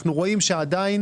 אנחנו רואים שעדיין,